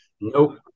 Nope